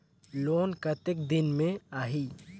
Loan कतेक दिन मे आही?